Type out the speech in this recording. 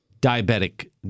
diabetic